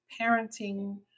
parenting